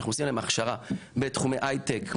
אנחנו עושים להם הכשרה בתחומי הייטק,